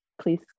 Please